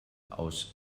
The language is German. aus